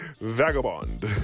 Vagabond